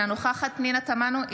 אינה נוכחת פנינה תמנו,